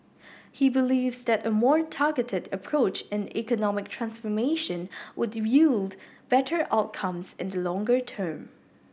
he believes that a more targeted approach in economic transformation would yield better outcomes in the longer term